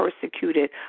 persecuted